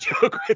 joke